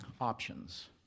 options